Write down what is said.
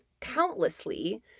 countlessly